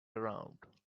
around